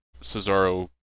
Cesaro